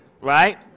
right